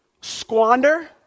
squander